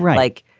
like,